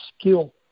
skill